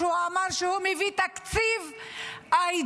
הוא אמר שהוא מביא תקציב אידיאולוגי